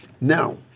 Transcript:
Now